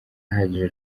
ahagije